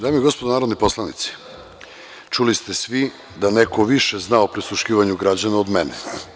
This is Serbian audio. Dame i gospodo narodni poslanici, čuli ste svi da neko više zna o prisluškivanju građana od mene.